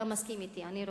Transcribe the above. אתה מסכים אתי, אני רואה.